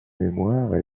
mémoire